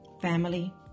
family